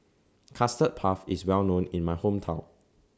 Custard Puff IS Well known in My Hometown